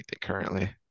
currently